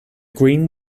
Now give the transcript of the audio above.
green